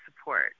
support